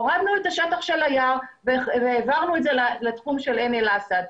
הורדנו את השטח של היער והעברנו את זה לתחום של עין-אל-אסאד.